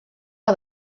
que